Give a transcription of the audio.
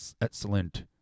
excellent